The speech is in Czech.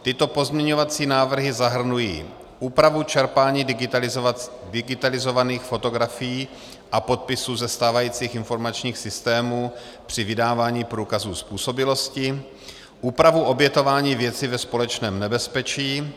Tyto pozměňovací návrhy zahrnují úpravu čerpání digitalizovaných fotografií a podpisů ze stávajících informačních systémů při vydávání průkazů způsobilosti; úpravu obětování věci ve společném nebezpečí;